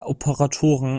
operatoren